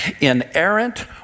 inerrant